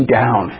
down